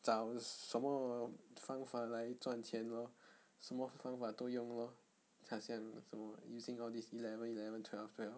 找什么方法来赚钱 lor 什么方法都用 lor 好像什么 using all these eleven eleven twelve